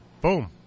Boom